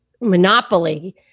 monopoly